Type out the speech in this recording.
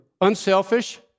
unselfish